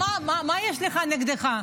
מה יש לך נגדי?